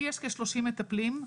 לי יש כ-30 מטפלים,